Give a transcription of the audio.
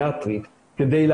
זה